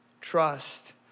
trust